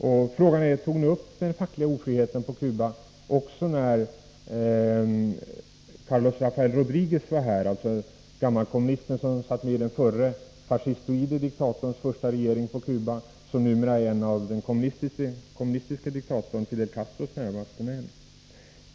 Och frågan är: Tog ni upp den fackliga ofriheten på Cuba också när Carlos Rafael Rodriguez var här, gammalkommunisten som satt med i den förre, fascistoide diktatorns första regering på Cuba och som numera är en av den kommunistiske diktatorn Fidel Castros närmaste män?